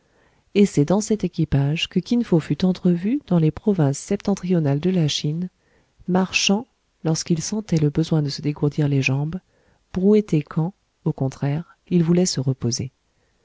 et c'est dans cet équipage que kin fo fut entrevu dans les provinces septentrionales de la chine marchant lorsqu'il sentait le besoin de se dégourdir les jambes brouetté quand au contraire il voulait se reposer